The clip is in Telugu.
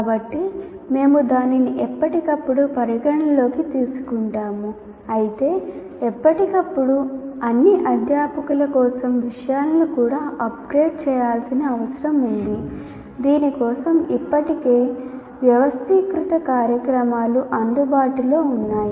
కాబట్టి మేము దానిని ఎప్పటికప్పుడు పరిగణనలోకి తీసుకుంటాము అయితే ఎప్పటికప్పుడు అన్ని అధ్యాపకుల కోసం విషయాలను కూడా అప్గ్రేడ్ చేయాల్సిన అవసరం ఉంది దీని కోసం ఇప్పటికే బాగా వ్యవస్థీకృత కార్యక్రమాలు అందుబాటులో ఉన్నాయి